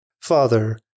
Father